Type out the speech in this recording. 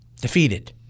defeated